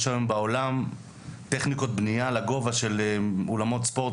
יש היום בעולם טכניקות של בנייה לגובה של אולמות ספורט.